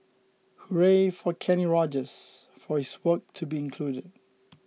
hooray for Kenny Rogers for his work to be included